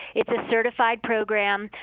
it's a certified program.